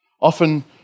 Often